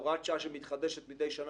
הוראת שעה שמתחדשת מדי שנה,